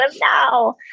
now